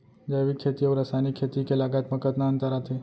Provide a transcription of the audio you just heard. जैविक खेती अऊ रसायनिक खेती के लागत मा कतना अंतर आथे?